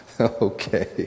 Okay